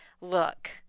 look